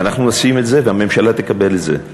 נו, ואנחנו נשים את זה והממשלה תקבל את זה.